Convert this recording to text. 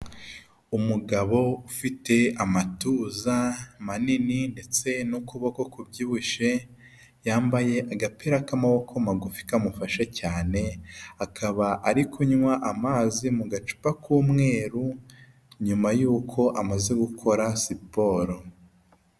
Umugabo ufite amatuza manini ndetse n'ukuboko kubyibushye yambaye agapira k'amaboko magufi kamufashe cyane akaba ari kunywa amazi mu gacupa k'umweru nyuma yuko amaze gukora siporo.